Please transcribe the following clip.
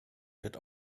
wird